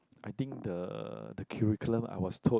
I think the the curriculum I was told